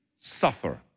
suffer